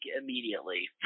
immediately